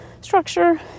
structure